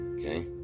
okay